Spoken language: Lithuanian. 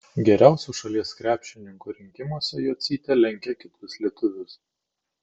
geriausių šalies krepšininkų rinkimuose jocytė lenkia kitus lietuvius